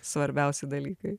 svarbiausi dalykai